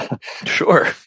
Sure